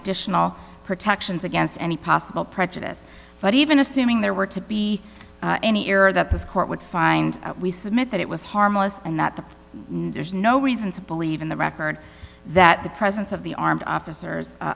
additional protections against any possible prejudice but even assuming there were to be any error that this court would find we submit that it was harmless and that the there's no reason to believe in the record that the presence of the armed officers